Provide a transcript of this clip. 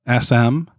SM